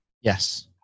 Yes